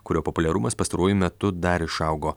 kurio populiarumas pastaruoju metu dar išaugo